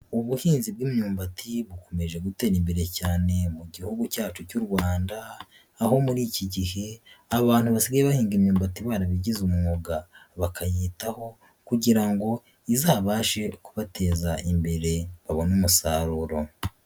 Ubuhinzi bw'imyumbati bukomeje gutera imbere cyane mu gihugu cyacu cy'u Rwanda aho muri iki gihe abantu basigaye bahinga imyumbati barabigize umwuga, bakayitaho kugira ngo izabashe kubateza imbere babone umusaruro.